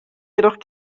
jedoch